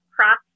cross